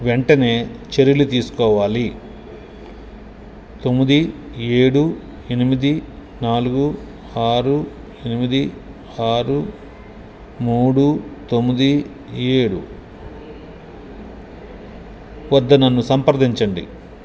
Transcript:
వెంటనే చర్యలు తీసుకోవాలి తొమ్మిది ఏడు ఎనిమిది నాలుగు ఆరు ఎనిమిది ఆరు మూడు తొమ్మిది ఏరు వద్ద నన్ను సంప్రదించండి